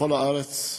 בכל הארץ,